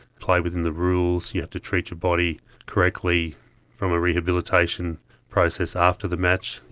play within the rules, you have to treat your body correctly from a rehabilitation process after the match,